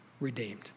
redeemed